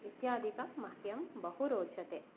इत्यादिक मह्यं बहु रोचते